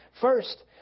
First